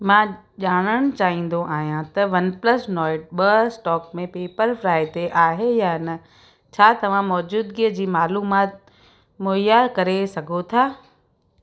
मां ॼाणणु चाहींदो आहियां त वनप्लस नॉएड ॿ स्टॉक में पेप्परफ्राई ते आहे या न छा तव्हां मौजूदिगी जी मालूमात मुहैया करे सघो था